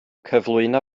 cyflwyno